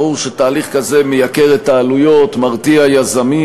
ברור שתהליך כזה מייקר את העלויות, מרתיע יזמים,